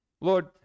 lord